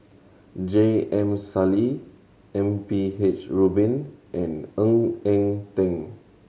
J M Sali M P H Rubin and Ng Eng Teng